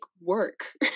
work